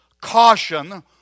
caution